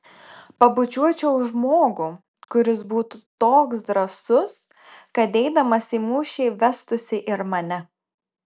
pabučiuočiau žmogų kuris būtų toks drąsus kad eidamas į mūšį vestųsi ir mane